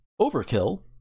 Overkill